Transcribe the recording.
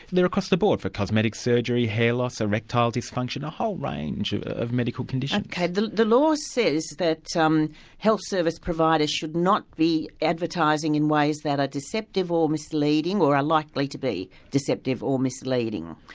they're across the board for cosmetic surgery, hair loss, erectile dysfunction, a whole range of of medical conditions. kind of ok, the law says that so um health service providers should not be advertising in ways that are deceptive or misleading, or are likely to be deceptive or misleading.